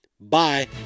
Bye